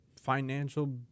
financial